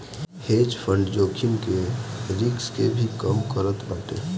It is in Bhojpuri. हेज फंड जोखिम के रिस्क के भी कम करत बाटे